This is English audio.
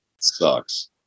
sucks